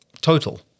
Total